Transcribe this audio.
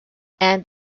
and